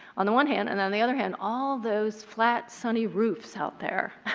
on the one hand. and on the other hand, all those flat, sunny roofs out there.